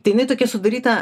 tai jinai tokia sudaryta